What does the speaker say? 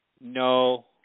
no